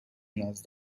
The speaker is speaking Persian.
نیاز